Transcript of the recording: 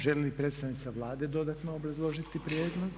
Želi li predstavnica Vlade dodatno obrazložiti prijedlog?